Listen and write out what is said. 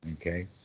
Okay